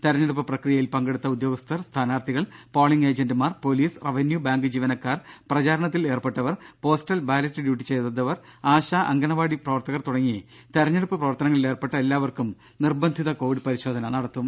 തിരഞ്ഞെടുപ്പ് പ്രക്രിയയിൽ പങ്കെടുത്ത ഉദ്യോഗസ്ഥർ സ്ഥാനാർഥികൾ പോളിംഗ് ഏജന്റുമാർ പൊലീസ് റവന്യൂ ബാങ്ക് ജീവനക്കാർ പ്രചാരണത്തിൽ ഏർപ്പെട്ടവർ പോസ്റ്റൽ ബാലറ്റ് ഡ്യൂട്ടി ചെയ്തവർ ആശ അങ്കണവാടി പ്രവർത്തകർ തുടങ്ങി തിരഞ്ഞെടുപ്പു പ്രവർത്തനങ്ങളിലേർപ്പെട്ട എല്ലാവർക്കും നിർബന്ധിത കോവിഡ് പരിശോധന നടത്തും